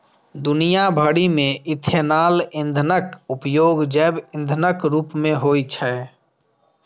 दुनिया भरि मे इथेनॉल ईंधनक उपयोग जैव ईंधनक रूप मे होइ छै